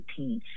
2018